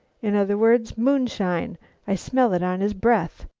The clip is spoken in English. in other words, moonshine i smell it on his breath.